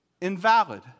Invalid